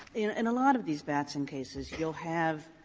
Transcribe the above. in a lot of these batson cases, you'll have